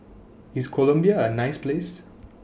IS Colombia A nice Place